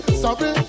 sorry